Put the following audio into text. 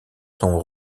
sont